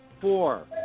Four